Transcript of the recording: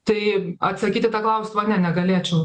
tai atsakyt į tą klausimą ne negalėčiau